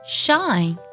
shine